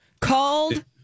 called